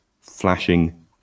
flashing